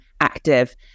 active